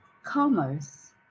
Commerce